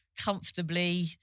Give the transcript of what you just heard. comfortably